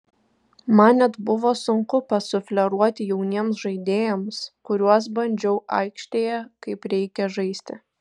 man net buvo sunku pasufleruoti jauniems žaidėjams kuriuos bandžiau aikštėje kaip reikia žaisti